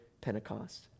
Pentecost